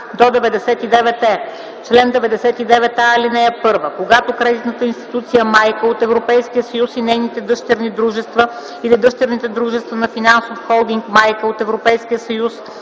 - 92е: „Чл. 92а. (1) Когато кредитна институция майка от Европейския съюз и нейни дъщерни дружества или дъщерните дружества на финансов холдинг майка от Европейския съюз